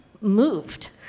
moved